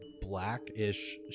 blackish